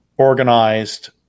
organized